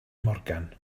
morgan